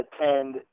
attend